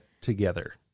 together